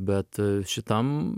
bet šitam